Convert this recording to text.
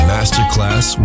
Masterclass